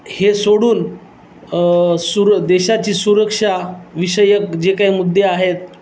हे सोडून सुर देशाची सुरक्षा विषयक जे काही मुद्दे आहेत